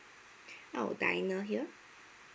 oh diana here